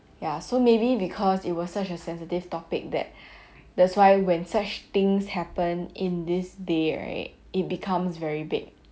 ya so maybe because it was such a sensitive topic that that's why when such things happened in this day right it becomes very big